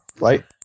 Right